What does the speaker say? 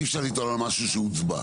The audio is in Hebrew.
אי אפשר לטעון על משהו שהוצבע.